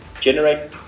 generate